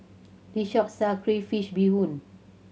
this shop sell crayfish beehoon